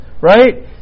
right